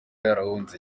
yarahunze